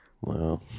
wow